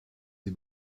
sie